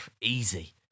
easy